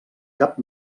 cap